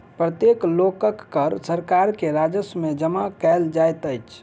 प्रत्येक लोकक कर सरकार के राजस्व में जमा कयल जाइत अछि